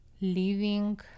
living